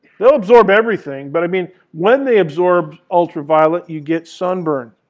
they'll absorb everything. but i mean when they absorb ultraviolet, you get sunburn.